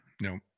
No